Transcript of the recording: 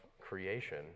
creation